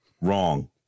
Wrong